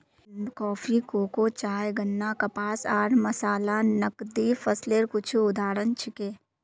coffee, cocoa, चाय, गन्ना, कपास आर मसाला नकदी फसलेर कुछू उदाहरण छिके